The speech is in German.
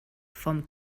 vom